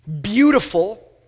beautiful